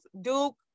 duke